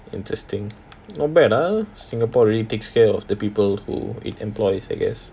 interesting not bad ah singapore really takes care of the people who it employs I guess